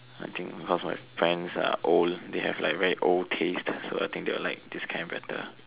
I think because my friends are old they have like very old taste so I think they will like this kind better